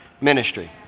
ministry